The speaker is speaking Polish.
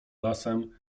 lasem